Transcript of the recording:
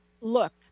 look